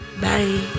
Bye